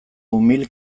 umil